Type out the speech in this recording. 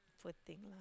poor thing lah